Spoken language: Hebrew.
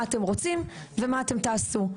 מה אתם רוצים ומה אתם תעשו.